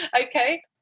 okay